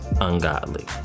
ungodly